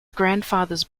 grandfathers